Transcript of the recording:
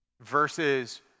versus